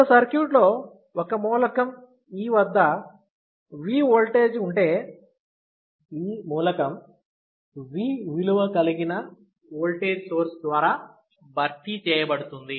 ఒక సర్క్యూట్లో ఒక మూలకం E వద్ద V ఓల్టేజ్ ఉంటే E మూలకం V విలువ కలిగిన ఓల్టేజ్ సోర్స్ ద్వారా భర్తీ చేయబడుతుంది